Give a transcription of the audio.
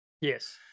Yes